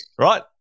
Right